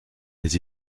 des